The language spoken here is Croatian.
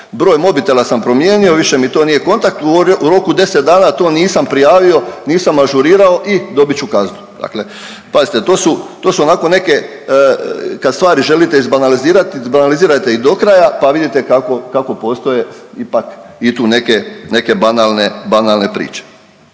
broj mobitela sam promijenio više mi to nije kontakt, u roku 10 dana to nisam prijavio, nisam ažurirao i dobit ću kaznu. Dakle, pazite to su, to su onako neke kad stvari želite izbanalizirati, izbanalizirajte ih dokraja pa vidite kako postoje i tu neke banalne,